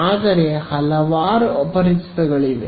ಆದರೆ ಹಲವಾರು ಅಪರಿಚಿತಳಿವೆ